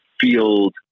field